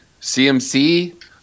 CMC